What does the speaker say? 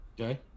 Okay